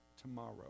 tomorrow